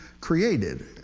Created